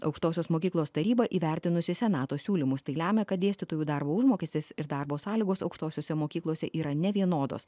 aukštosios mokyklos taryba įvertinusi senato siūlymus tai lemia kad dėstytojų darbo užmokestis ir darbo sąlygos aukštosiose mokyklose yra nevienodos